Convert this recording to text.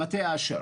למטה אשר.